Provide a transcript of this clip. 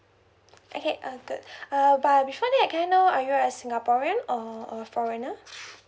okay uh the uh but before that can I know are you a singaporean or a a foreigner